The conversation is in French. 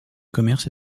commerce